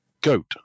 goat